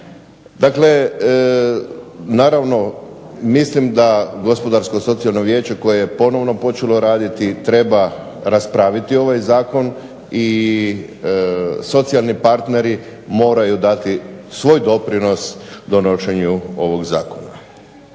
Dakle, naravno mislim da Gospodarsko-socijalno vijeće koje je ponovno počelo raditi treba raspraviti ovaj zakon i socijalni partneri moraju dati svoj doprinos donošenju ovog zakon.